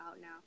now